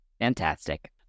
fantastic